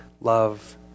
love